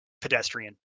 pedestrian